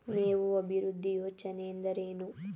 ಮೇವು ಅಭಿವೃದ್ಧಿ ಯೋಜನೆ ಎಂದರೇನು?